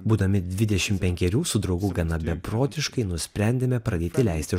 būdami dvidešimt penkerių su draugu gana beprotiškai nusprendėme pradėti leisti